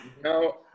no